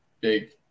big